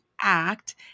act